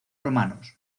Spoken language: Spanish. romanos